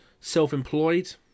self-employed